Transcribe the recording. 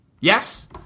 Yes